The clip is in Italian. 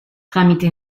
tramite